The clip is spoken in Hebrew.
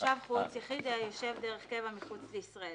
""תושב חוץ" יחיד היושב דרך קבע מחוץ לישראל.